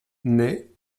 naît